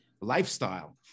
lifestyle